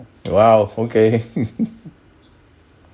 !wow! okay